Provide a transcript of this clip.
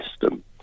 system